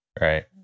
Right